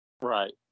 right